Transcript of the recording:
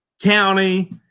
county